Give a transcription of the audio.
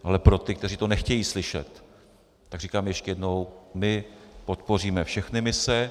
Ale pro ty, kteří to nechtějí slyšet, říkám ještě jednou: My podpoříme všechny mise.